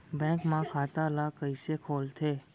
Bank म खाता ल कइसे खोलथे?